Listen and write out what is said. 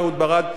אהוד ברק,